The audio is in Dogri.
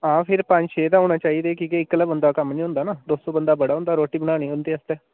हां फिर पंज छे ते होने चाहिदे कि के इक्क्ले बंदे दा कम्म नी होंदा ना दो सौ बंदा बड़ा होंदा रोटी बनाने उं'दे आस्तै